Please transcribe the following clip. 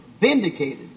vindicated